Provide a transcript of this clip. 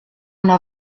una